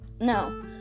no